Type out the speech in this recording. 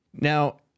Now